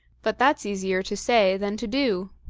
but that's easier to say than to do.